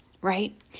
Right